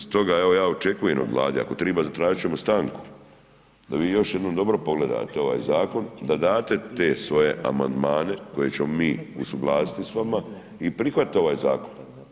Stoga, evo, ja očekujem od Vlade, ako treba zatražiti ćemo stanku, da vi još jednom dobro pogledate ovaj zakon, da date te svoje amandmane koje ćemo mi usuglasiti s vama i prihvatite ovaj zakon.